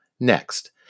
next